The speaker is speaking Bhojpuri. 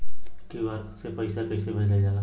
क्यू.आर से पैसा कैसे भेजल जाला?